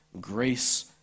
grace